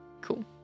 Cool